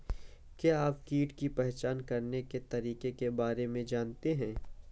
क्या आप कीट की पहचान करने के तरीकों के बारे में जानते हैं?